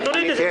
יש